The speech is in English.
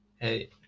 hey